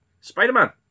Spider-Man